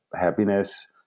happiness